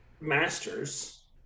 Masters